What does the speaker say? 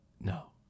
No